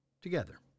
Together